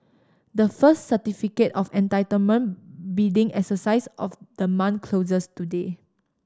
the first Certificate of Entitlement bidding exercise of the month closes today